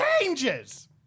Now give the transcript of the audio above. changes